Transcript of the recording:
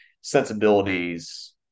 sensibilities